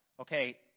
Okay